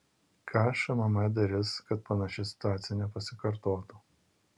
ką šmm darys kad panaši situacija nepasikartotų